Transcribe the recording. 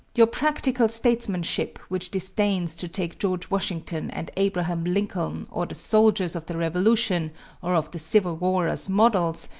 your practical statesmanship which disdains to take george washington and abraham lincoln or the soldiers of the revolution or of the civil war as models,